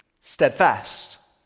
steadfast